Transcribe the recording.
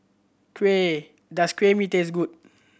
kuah does kuah mee taste good